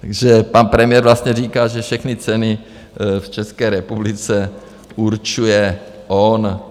Takže pan premiér vlastně říká, že všechny ceny v České republice určuje on.